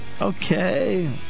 Okay